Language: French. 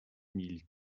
mille